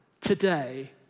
today